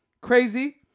Crazy